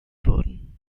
wurden